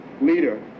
leader